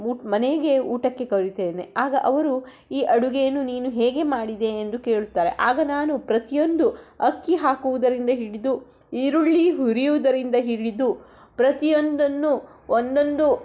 ಊಟ ಮನೆಗೆ ಊಟಕ್ಕೆ ಕರೆಯುತ್ತೇನೆ ಆಗ ಅವರು ಈ ಅಡುಗೆಯನ್ನು ನೀನು ಹೇಗೆ ಮಾಡಿದೆ ಎಂದು ಕೇಳುತ್ತಾರೆ ಆಗ ನಾನು ಪ್ರತಿಯೊಂದು ಅಕ್ಕಿ ಹಾಕುವುದರಿಂದ ಹಿಡಿದು ಈರುಳ್ಳಿ ಹುರಿಯುವುದರಿಂದ ಹಿಡಿದು ಪ್ರತಿಯೊಂದನ್ನು ಒಂದೊಂದು